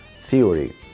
theory